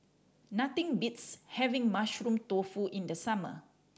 nothing beats having Mushroom Tofu in the summer